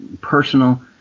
personal